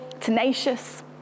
tenacious